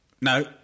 No